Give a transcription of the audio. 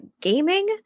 gaming